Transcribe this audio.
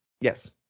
yes